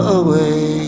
away